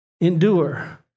endure